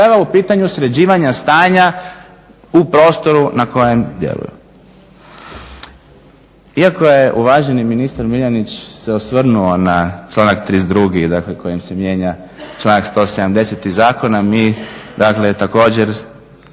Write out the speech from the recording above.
krajeva u pitanju sređivanja stanja u prostoru na kojem djeluju. Iako je uvažen ministar Miljanić se osvrnuo na članak 32. dakle kojim se mijenja članak 170. zakona mi dakle